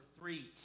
three